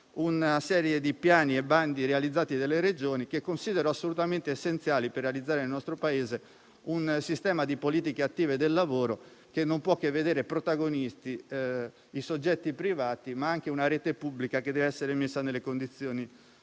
una serie di piani e bandi realizzati dalle Regioni che considero assolutamente essenziali per realizzare nel nostro Paese un sistema politiche attive del lavoro che non può che vedere protagonisti i soggetti privati, ma anche una rete pubblica che deve essere messa nelle condizioni